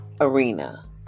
arena